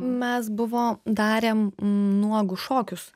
mes buvo darėm nuogus šokius